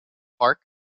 park